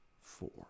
four